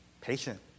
patient